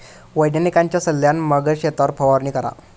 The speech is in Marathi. वैज्ञानिकांच्या सल्ल्यान मगच शेतावर फवारणी करा